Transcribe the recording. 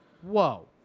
Whoa